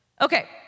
Okay